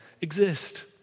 exist